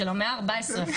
של המאה הארבע עשרה,